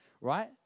right